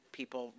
people